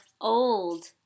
Old